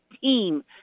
team